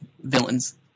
villains